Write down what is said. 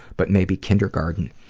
but maybe kindergarten.